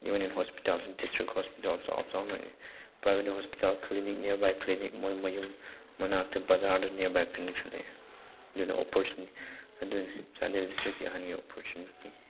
ꯍꯣꯁꯄꯤꯇꯥꯜꯗꯁꯨ district hospital ꯆꯥꯎ ꯆꯥꯎꯅ ꯂꯩꯔꯦ ꯄ꯭ꯔꯥꯏꯕꯦꯠ ꯍꯣꯁꯄꯤꯇꯥꯜ ꯀ꯭ꯂꯤꯅꯤꯛ ꯅꯤꯌꯥꯔꯕꯥꯏ ꯀ꯭ꯂꯤꯅꯤꯛ ꯃꯣꯏ ꯃꯌꯨꯝ ꯃꯅꯥꯛꯇ ꯕꯖꯥꯔꯗ ꯅꯤꯌꯥꯔꯕꯥꯏ ꯀ꯭ꯂꯤꯅꯤꯛꯁꯨ ꯂꯩꯔꯦ ꯑꯗꯨꯅ ꯑꯗꯨꯅꯤ ꯆꯥꯟꯗꯦꯜ ꯗꯤꯁꯇ꯭ꯔꯤꯛꯀꯤ ꯑꯍꯟꯒꯤ ꯑꯣꯄꯣꯔꯆꯨꯅꯤꯇꯤ